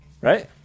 right